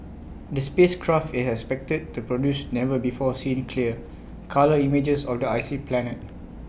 the space craft is expected to produce never before seen clear colour images of the icy planet